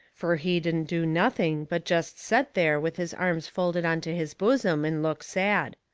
fur he didn't do nothing but jest set there with his arms folded onto his bosom and look sad.